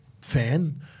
fan